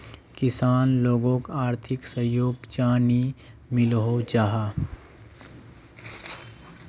किसान लोगोक आर्थिक सहयोग चाँ नी मिलोहो जाहा?